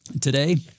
today